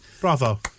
bravo